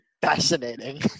fascinating